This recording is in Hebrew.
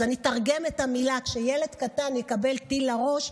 אז אני אתרגם את המילה: כשילד קטן יקבל טיל לראש,